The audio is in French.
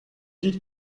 dites